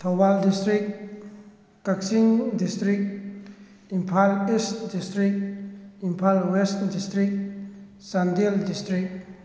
Thoubal district Kakching district Imphal east district Imphal west district Chandel district